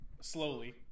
slowly